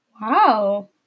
Wow